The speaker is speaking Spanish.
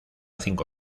cinco